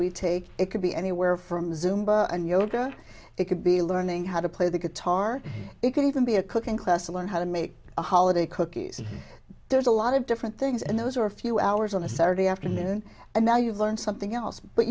we take it could be anywhere from zoom and yoga it could be learning how to play the guitar it can even be a cooking class to learn how to make a holiday cookies there's a lot of different things and those are a few hours on a saturday afternoon and now you've learned something else but